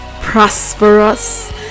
prosperous